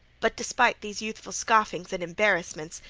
but despite these youthful scoffings and embarrassments,